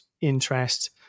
interest